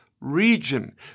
region